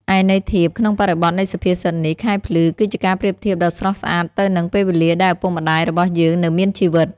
ឯន័យធៀប ក្នុងបរិបទនៃសុភាសិតនេះ ខែភ្លឺ គឺជាការប្រៀបធៀបដ៏ស្រស់ស្អាតទៅនឹង ពេលវេលាដែលឪពុកម្តាយរបស់យើងនៅមានជីវិត។